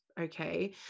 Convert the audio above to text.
Okay